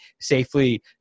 safely